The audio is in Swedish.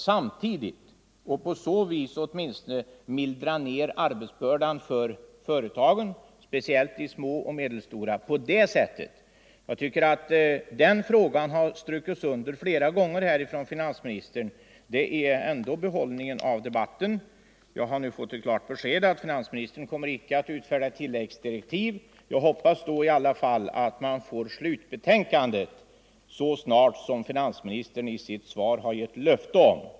Därigenom kan man åtminstone lätta arbetsbördan för speciellt de små och medelstora företagen. Den saken har finansministern också understrukit flera gånger, och det är en behållning av denna debatt. Jag har nu fått det klara beskedet att finansministern inte kommer att utfärda tilläggsdirektiv, men jag hoppas att vi ändå får slutbetänkandet så snart som finansministern har gett löfte om i sitt svar.